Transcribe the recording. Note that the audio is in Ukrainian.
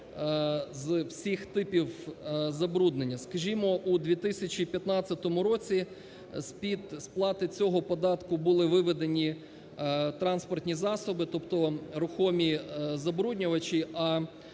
з усіх типі забруднення. Скажімо, в 2015 році з-під сплати цього податку були виведені транспортні засоби, тобто рухомі забруднювачі.